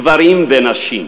גברים ונשים,